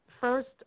First